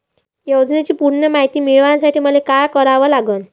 योजनेची पूर्ण मायती मिळवासाठी मले का करावं लागन?